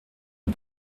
est